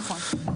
נכון.